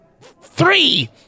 Three